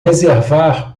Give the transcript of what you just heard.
reservar